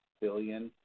billion